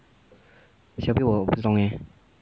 C_L_B 我不懂 eh